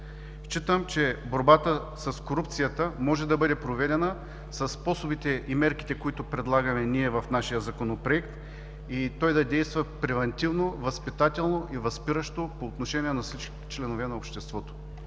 Считам, че борбата с корупцията може да бъде проведена със способите и мерките, които предлагаме в нашия Законопроект и той да действа превантивно, възпитателно и възпиращо по отношение на всички членове на обществото.